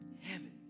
Heaven